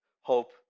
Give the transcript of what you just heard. hope